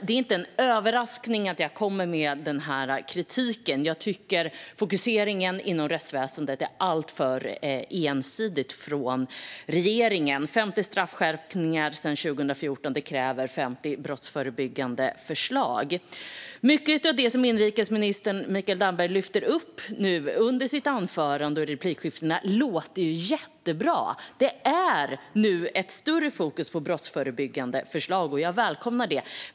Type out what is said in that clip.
Det är ingen överraskning att jag kommer med denna kritik. Jag tycker att regeringens fokusering inom rättsväsendet är alldeles för ensidig. 50 straffskärpningar sedan 2014 kräver också 50 brottsförebyggande förslag. Mycket av det som inrikesminister Mikael Damberg tar upp i sitt anförande och i replikskiftena låter jättebra. Det är nu ett större fokus på brottsförebyggande förslag, och jag välkomnar det.